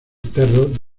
cerro